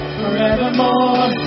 forevermore